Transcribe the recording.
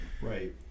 right